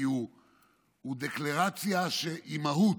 כי זו דקלרציה שהיא מהות,